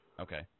Okay